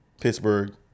Pittsburgh